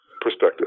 perspective